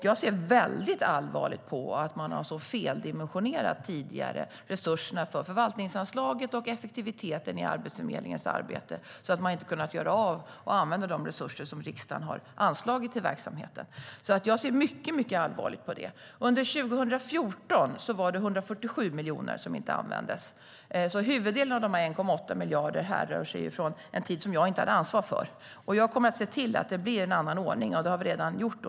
Jag ser väldigt allvarligt på att man tidigare feldimensionerade resurserna för förvaltningsanslaget och effektiviteten i Arbetsförmedlingens arbete så att man inte har kunnat använda de resurser som riksdagen har anslagit till verksamheten. Jag ser mycket allvarligt på det. Under 2014 var det 147 miljoner som inte användes. Huvuddelen av dessa 1,8 miljarder härrör från en tid som jag inte hade ansvar för. Jag kommer att se till att det blir en annan ordning, och det har vi också redan gjort.